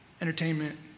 Entertainment